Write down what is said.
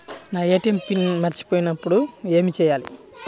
నా ATM PIN మరచిపోయినప్పుడు ఏమి చేయాలి?